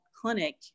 clinic